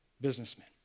businessmen